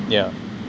yeah